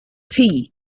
tea